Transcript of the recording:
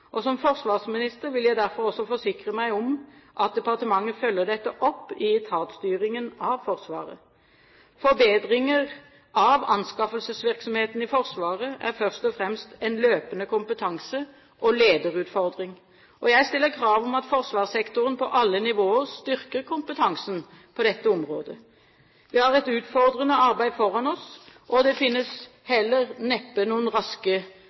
Som forsvarsminister vil jeg derfor også forsikre meg om at departementet følger dette opp i etatsstyringen av Forsvaret. Forbedringer av anskaffelsesvirksomheten i Forsvaret er først og fremst en løpende kompetanse- og lederutfordring. Jeg stiller krav om at forsvarssektoren på alle nivåer styrker kompetansen på dette området. Vi har et utfordrende arbeid foran oss, og det finnes neppe noen raske